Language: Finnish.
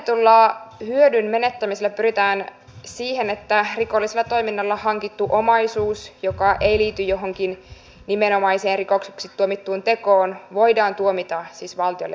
laajennetulla hyödyn menettämisellä pyritään siihen että rikollisella toiminnalla hankittu omaisuus joka ei liity johonkin nimenomaiseen rikokseksi tuomittuun tekoon voidaan tuomita siis valtiolle menetetyksi